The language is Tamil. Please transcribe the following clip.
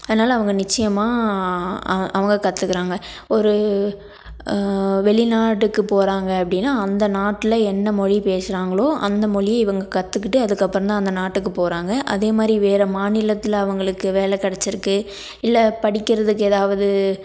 அதனால அவங்க நிச்சயமாக அவங்க கற்றுக்குறாங்க ஒரு வெளிநாட்டுக்கு போகிறாங்க அப்படினா அந்த நாட்டில் என்ன மொழி பேசுகிறாங்களோ அந்த மொழியை இவங்க கற்றுக்கிட்டு அதுக்கப்புறந்தான் அந்த நாட்டுக்கு போகிறாங்க அதே மாதிரி வேறு மாநிலத்தில் அவங்களுக்கு வேலை கிடச்சிருக்கு இல்லை படிக்கிறதுக்கு ஏதாவது